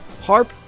Harp